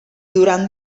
durant